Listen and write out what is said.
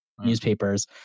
newspapers